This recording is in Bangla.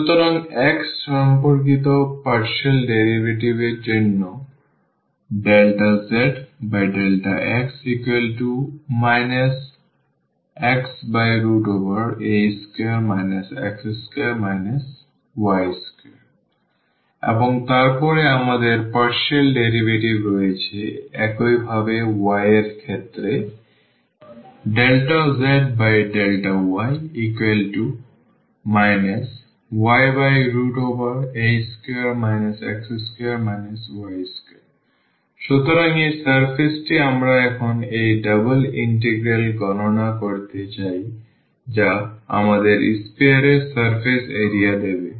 সুতরাং x সম্পর্কিত পার্শিয়াল ডেরিভেটিভ এর জন্য ∂z∂x xa2 x2 y2 এবং তারপরে আমাদের পার্শিয়াল ডেরিভেটিভ রয়েছে একইভাবে y এর ক্ষেত্রে ∂z∂y ya2 x2 y2 সুতরাং এই সারফেসটি আমরা এখন এই ডাবল ইন্টিগ্রাল গণনা করতে চাই যা আমাদের sphere এর সারফেস এরিয়া দেবে